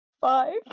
Five